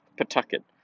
Pawtucket